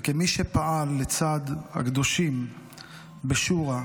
וכמי שפעל לצד הקדושים בשוּרה,